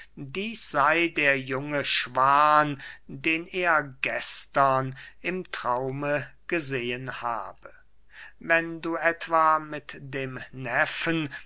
dieß sey der junge schwan den er gestern im traume gesehen habe wenn du etwa mit dem neffen